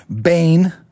Bane